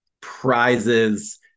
prizes